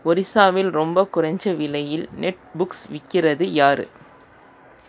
ஒரிசாவில் ரொம்ப குறைஞ்ச விலையில் நெட் புக்ஸ் விற்கிறது யார்